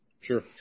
Sure